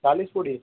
चालीस पूरी